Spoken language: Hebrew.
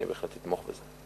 אני בהחלט אתמוך בזה.